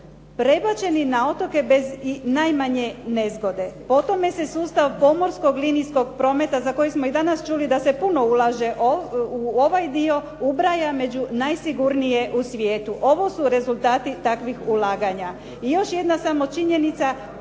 prebačeni na otoke bez i najmanje nezgode. Po tome se sustav pomorskog linijskog prometa za kojeg smo i danas čuli da se puno ulaže u ovaj dio ubraja među najsigurnije u svijetu. Ovo su rezultati takvih ulaganja. I još jedna samo činjenica